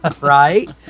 Right